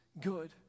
good